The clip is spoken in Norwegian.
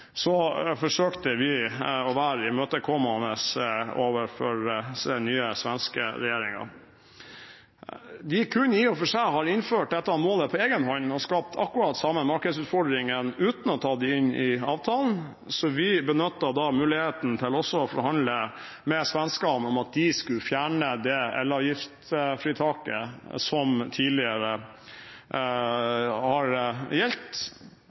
så vi benyttet muligheten til også å forhandle med svenskene om at de skulle fjerne det elavgiftsfritaket som tidligere har gjeldt